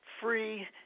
free